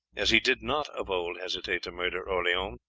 as he did not of old hesitate to murder orleans,